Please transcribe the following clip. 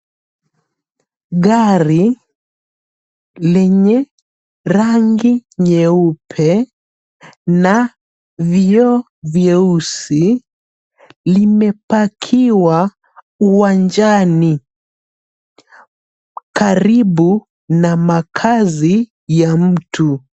Gari lenye rangi nyeupe na vioo vyeusi limepakiwa uwanjani, karibu na makazi ya mtu.